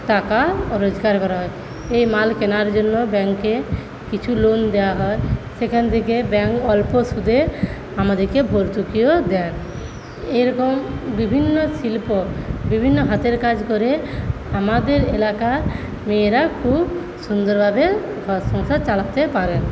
টাকা রোজগার করা হয় এই মাল কেনার জন্য ব্যাংকে কিছু লোন দেওয়া হয় সেখান থেকে ব্যাংক অল্প সুদে আমাদেরকে ভর্তুকিও দেয় এরকম বিভিন্ন শিল্প বিভিন্ন হাতের কাজ করে আমাদের এলাকার মেয়েরা খুব সুন্দরভাবে ঘর সংসার চালাতে পারে